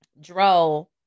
Dro